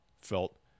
felt